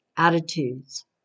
attitudes